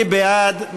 מי בעד?